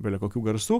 bele kokių garsų